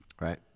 Right